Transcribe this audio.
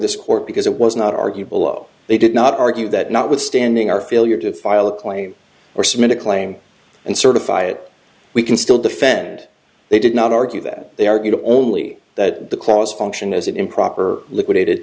this court because it was not arguable oh they did not argue that notwithstanding our failure to file a claim or submit a claim and certify it we can still defend they did not argue that they argue the only that the clause function is improper liquidated